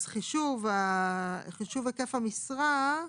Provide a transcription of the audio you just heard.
אז חישוב היקף המשרה,